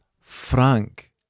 Frank